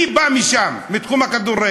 אני בא משם, מתחום הכדורגל.